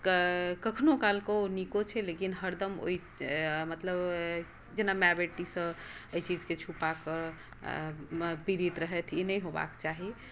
कखनो कालकऽ ओ नीको छै लेकिन हरदम ओ मतलब जेना माय बेटीसँ एहि चीजके छुपाकऽ पीड़ित रहैथ ई नहि होएबाक चाही